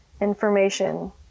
information